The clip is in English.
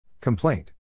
Complaint